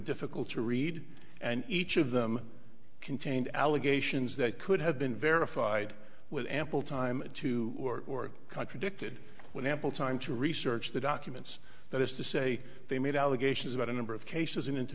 difficult to read and each of them contained allegations that could have been verified with ample time to or contradicted with ample time to research the documents that is to say they made allegations about a number of cases in into